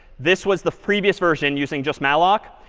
this was the previous version using just malloc.